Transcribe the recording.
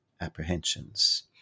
apprehensions